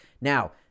Now